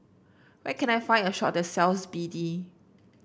where can I find a shop that sells B D